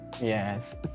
Yes